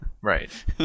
Right